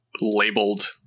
labeled